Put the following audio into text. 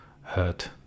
hurt